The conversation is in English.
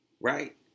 right